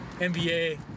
NBA